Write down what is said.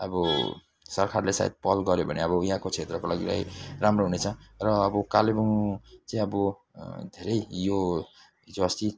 अब सरकारले सायद पहल गऱ्यो भने अब यहाँको क्षेत्रको लागिलाई राम्रो हुनेछ र अब कालेबुङ चाहिँ अब धेरै यो हिजो अस्ति